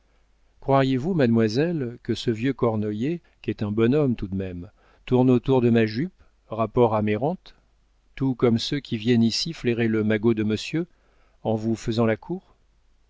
croiriez-vous mademoiselle que ce vieux cornoiller qui est un bon homme tout de même tourne autour de ma jupe rapport à mes rentes tout comme ceux qui viennent ici flairer le magot de monsieur en vous faisant la cour